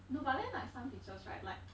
no but then like some teachers right like